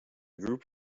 group